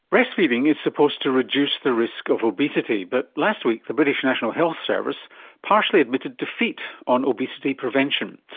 breastfeeding is supposed to reduce the risk of obesity, but last week the british national health service partially admitted defeat on obesity prevention.